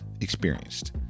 experienced